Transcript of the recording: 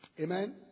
Amen